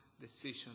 decision